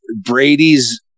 Brady's